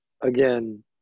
again